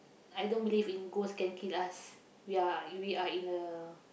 I don't believe in ghost can kill us we are you we are in a